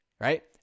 right